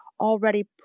already